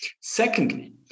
Secondly